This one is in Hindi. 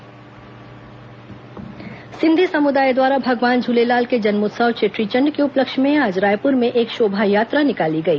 चेट्टीचंड पर्व सिंधी समुदाय द्वारा भगवान झूलेलाल के जन्मोत्सव चेट्रीचंड के उपलक्ष्य में आज रायपुर में एक शोभा यात्रा निकाली गई